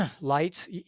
lights